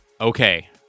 okay